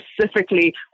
specifically